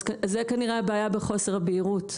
זה כנראה הבעיה בחוסר הבהירות,